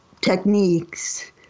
techniques